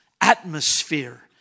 atmosphere